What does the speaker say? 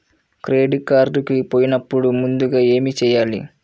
Credit card పోయినపుడు ముందుగా ఏమి చేయాలి?